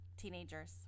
teenagers